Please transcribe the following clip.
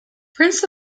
prince